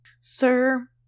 Sir